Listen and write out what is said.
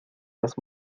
las